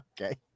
Okay